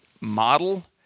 model